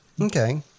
Okay